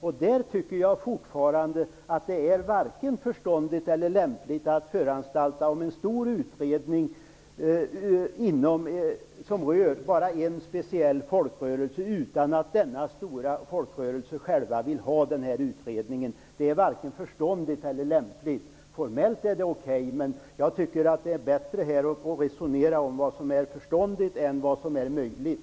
Jag tycker fortfarande att det varken är förståndigt eller lämpligt att föranstalta om en stor utredning som rör en särskild folkrörelse utan att denna stora folkrörelse vill ha utredningen. Det är varken förståndigt eller lämpligt, även om det är formellt okej. Jag tycker att det är bättre att resonera om vad som är förståndigt än om vad som är möjligt.